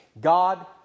God